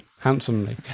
Handsomely